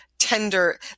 Tender